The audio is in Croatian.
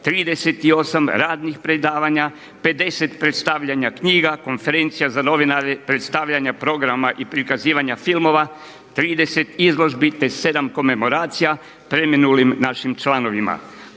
38 radnih predavanja, 50 predstavljanja knjiga, konferencija za novinare, predstavljanja programa i prikazivanja filmova, 30 izložbi te 7 komemoracija preminulim našim članovima.